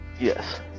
yes